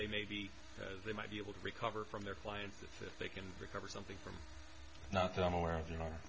they maybe they might be able to recover from their client if they can recover something from not that i'm aware of